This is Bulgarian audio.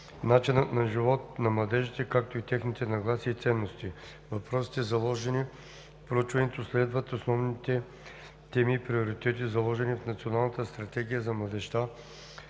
начинът на живот на младежите, както и техните нагласи и ценности. Въпросите, заложени в проучването, следват основните теми и приоритети, заложени в Националната стратегия за младежта